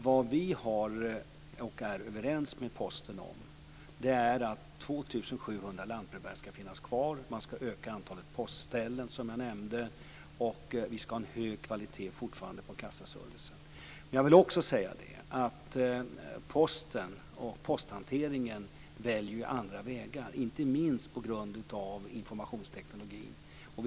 Vad vi är överens med Posten om är att 2 700 lantbrevbärare ska finnas kvar, att man ska öka antalet postställen som jag nämnde och att vi fortfarande ska ha en hög kvalitet på kassaservicen. Jag vill också säga att posthanteringen väljer andra vägar, inte minst på grund av informationstekniken.